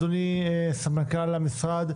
אדוני סמנכ"ל המשרד,